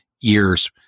years